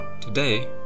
Today